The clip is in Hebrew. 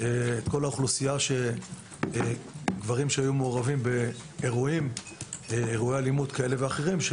אלה אוכלוסייה של גברים שהיו מעורבים באירועי אלימות כאלה ואחרים,